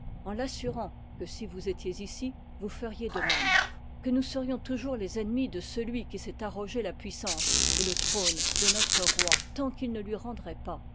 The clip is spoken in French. en l'assurant que si vous étiez ici vous feriez de même que nous serions toujours les ennemis de celui qui s'est arrogé la puissance et le trône de notre roi tant qu'il ne lui rendroit pas